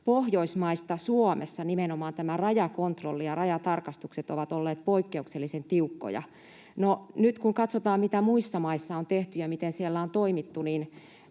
Pohjoismaista nimenomaan Suomessa rajakontrolli ja rajatarkastukset ovat olleet poikkeuksellisen tiukkoja. No, nyt kun katsotaan, mitä muissa maissa on tehty ja miten siellä on toimittu, niin